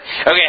Okay